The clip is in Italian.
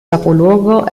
capoluogo